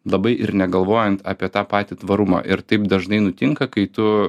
labai ir negalvojant apie tą patį tvarumą ir taip dažnai nutinka kai tu